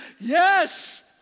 Yes